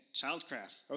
childcraft